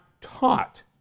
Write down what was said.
taught